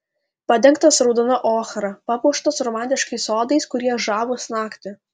padengtas raudona ochra papuoštas romantiškais sodais kurie žavūs naktį